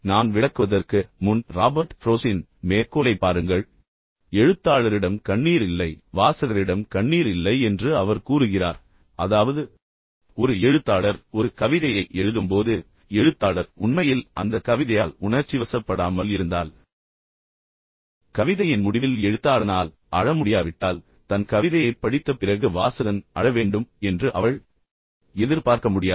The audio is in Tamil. நான் விளக்குவதற்கு முன் ராபர்ட் ஃப்ரோஸ்டின் மேற்கோளைப் பாருங்கள் எழுத்தாளரிடம் கண்ணீர் இல்லை வாசகரிடம் கண்ணீர் இல்லை என்று அவர் கூறுகிறார் இதன் மூலம் அவர் என்ன சொல்கிறார் என்றால் ஒரு எழுத்தாளர் ஒரு கவிதையை எழுதும்போது எழுத்தாளர் உண்மையில் அந்த கவிதையால் உணர்ச்சிவசப்படாமல் இருந்தால் கவிதையின் முடிவில் எழுத்தாளனால் அழ முடியாவிட்டால் தன் கவிதையைப் படித்த பிறகு வாசகன் அழ வேண்டும் என்று அவள் எதிர்பார்க்க முடியாது